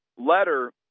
letter